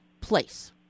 place